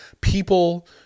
people